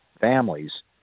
families